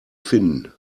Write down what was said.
finden